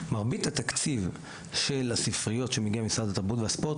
מרבית התקציב של הספריות שמגיע ממשרד התרבות והספורט,